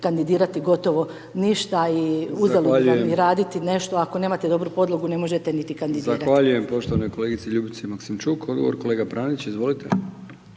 kandidirati gotovo ništa i uzalud vam je i raditi nešto ako nemate dobru podlogu ne možete niti kandidirati. **Brkić, Milijan (HDZ)** Zahvaljujem poštovanoj kolegici Ljubici Maksimičuk. Odgovor kolega Pranić, izvolite.